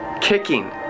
kicking